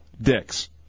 dicks